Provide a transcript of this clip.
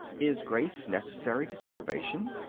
is grace necessary to salvation?